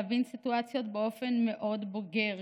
להבין סיטואציות באופן מאוד בוגר,